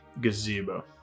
gazebo